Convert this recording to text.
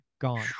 gone